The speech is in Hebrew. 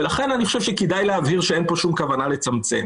ולכן אני חשוב שכדאי להבהיר שאין פה שום כוונה לצמצם.